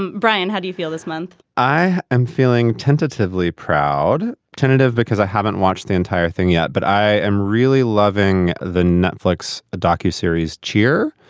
brian, how do you feel this month? i am feeling tentatively proud, tentative, because i haven't watched the entire thing yet. but i am really loving the netflix docu series cheer,